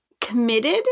committed